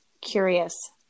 curious